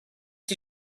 die